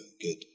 good